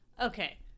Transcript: Okay